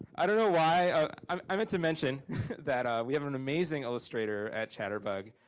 i don't know why, i meant to mention that we have an amazing illustrator at chatterbug.